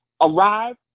arrive